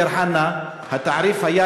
דיר-חנא התעריף היה,